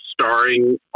starring